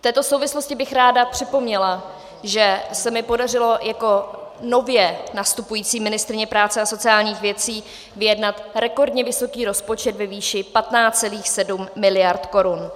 V této souvislosti bych ráda připomněla, že se mi podařilo jako nově nastupující ministryni práce a sociálních věcí vyjednat rekordně vysoký rozpočet ve výši 15,7 miliardy korun.